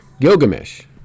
Gilgamesh